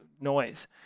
noise